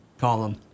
column